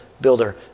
builder